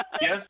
Yes